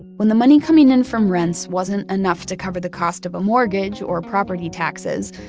when the money coming in from rents wasn't enough to cover the cost of a mortgage or property taxes,